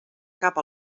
cap